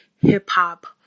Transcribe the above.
hip-hop